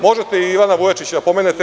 Možete i Ivana Vujačića da pomenete.